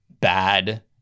bad